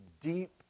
deep